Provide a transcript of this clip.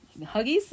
huggies